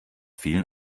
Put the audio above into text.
vielen